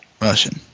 Russian